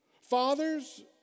Fathers